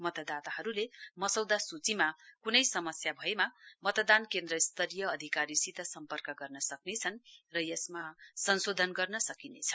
मतदाताहरूले मसौदा सुचीमा कुनै समस्या भएमा मतदान केन्द्र स्तरीय अधिकारीसित सम्पर्क गर्न सक्नेछन् र यसमा संशोधन गर्न सकिनेछ